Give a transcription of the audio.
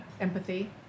empathy